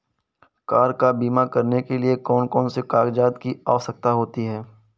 Car का बीमा करने के लिए कौन कौन से कागजात की आवश्यकता होती है?